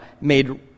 made